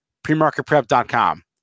Premarketprep.com